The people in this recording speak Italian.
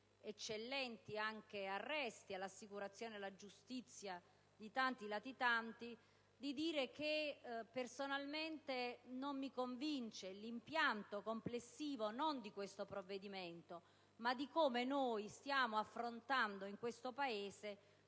eccellenti arresti, all'assicurazione alla giustizia di tanti latitanti) di dire che personalmente non mi convince l'impianto complessivo non di questo provvedimento, bensì di come noi stiamo affrontando in questo Paese